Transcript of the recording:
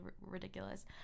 ridiculous